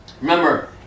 Remember